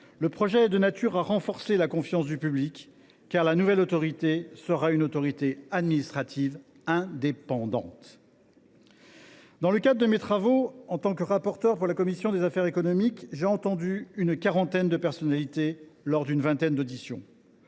le projet est de nature à renforcer la confiance du public, car la nouvelle autorité sera une autorité administrative indépendante (AAI). Dans le cadre de mes travaux, en tant que rapporteur de la commission des affaires économiques, j’ai entendu une quarantaine de personnalités, lors d’une vingtaine d’auditions.